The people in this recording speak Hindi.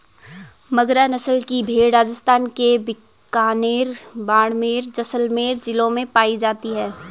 मगरा नस्ल की भेंड़ राजस्थान के बीकानेर, बाड़मेर, जैसलमेर जिलों में पाई जाती हैं